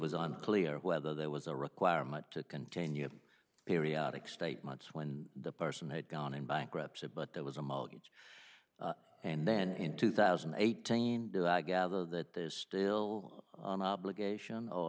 was unclear whether there was a requirement to continue periodic state months when the person had gone in bankruptcy but that was a huge and then in two thousand and eighteen do i gather that there's still an obligation or